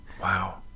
Wow